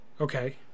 Okay